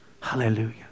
Hallelujah